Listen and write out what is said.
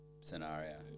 scenario